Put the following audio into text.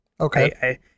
Okay